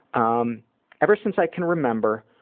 um ever since i can remember